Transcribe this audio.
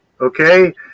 okay